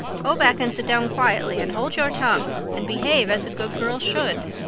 go back and sit down quietly and hold your tongue and behave as a good girl should.